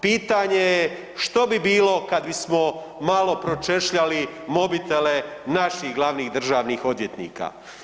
Pitanje je što bi bilo kad bismo malo pročešljali mobitele naših glavnih državnih odvjetnika?